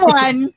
one